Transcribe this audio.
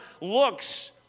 looks